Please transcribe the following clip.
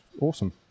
awesome